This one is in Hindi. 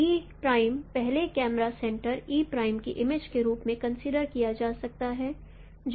इसी तरह पहले कैमरा सेंटर की इमेज के रूप में कंसीडर किया जा सकता है जो है